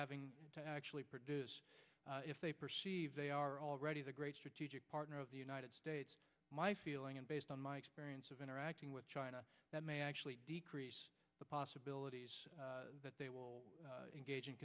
having to actually produce if they perceive they are already the great strategic partner of the united states my feeling is based on my experience of interacting with china that may actually decrease the possibility that they will engag